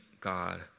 God